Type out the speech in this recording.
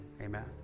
Amen